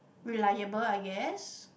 reliable I guess